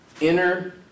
inner